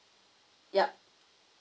yup